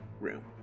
room